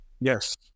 Yes